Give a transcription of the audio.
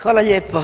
Hvala lijepo.